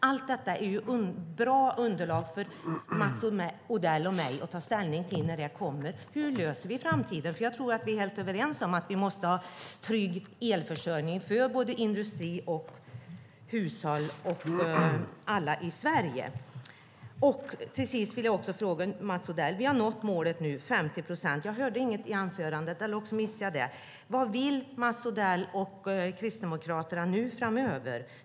Allt detta är bra underlag för Mats Odell och mig att ta ställning till när det kommer. Hur löser vi detta i framtiden? Jag tror nämligen att vi är helt överens om att vi måste ha en trygg elförsörjning för industri, hushåll och alla i Sverige. Till sist vill jag ställa följande fråga till Mats Odell. Vi har nu nått målet om 50 procent förnybar energi. Jag hörde inget i Mats Odells anförande - jag kanske missade det - om vad han och Kristdemokraterna anser framöver.